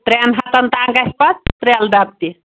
ترٛٮ۪ن ہَتَن تام گژھِ پَتہٕ ترٛیل ڈَبہٕ تہِ